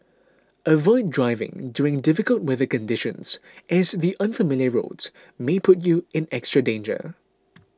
avoid driving during difficult weather conditions as the unfamiliar roads may put you in extra danger